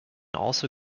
also